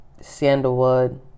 sandalwood